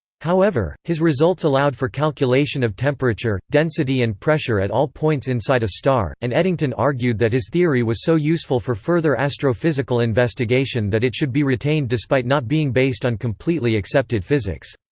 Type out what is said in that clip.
however, his results allowed for calculation of temperature, density and pressure at all points inside a star, and eddington argued that his theory was so useful for further astrophysical investigation that it should be retained despite not being based on completely accepted physics.